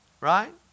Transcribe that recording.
Right